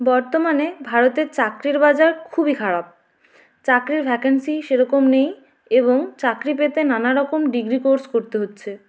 বর্তমানে ভারতের চাকরির বাজার খুবই খারাপ চাকরির ভ্যাকেন্সি সেরকম নেই এবং চাকরি পেতে নানা রকম ডিগ্রি কোর্স করতে হচ্ছে